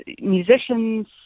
musicians